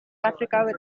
africa